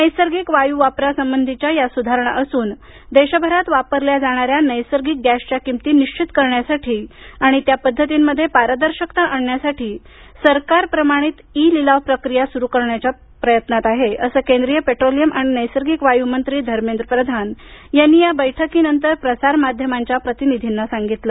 नैसर्गिक वायू वापरासंबधीच्या या सुधारणा असून देशभरात वापरल्या जाणाऱ्या नैसर्गिक गॅसच्या किमती निबित करण्यासाठी आणि त्या पद्धतीमध्ये पारदर्शकता आणण्यासाठी सरकार प्रमाणित ई लिलाव प्रक्रिया सुरु करण्याच्या प्रयत्नात आहे असं केंद्रीय पेट्रोलियम आणि नैसर्गिक वायू मंत्री धर्मेद्र प्रधान यांनी या बैठकीनंतर प्रसारमांध्यमाच्या प्रतिनिधींना सांगितलं